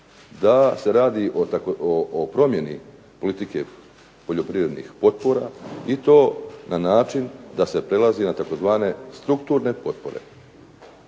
da se radi o promjeni politike poljoprivrednih potpora, i to na način da se prelazi na tzv. strukturne potpore.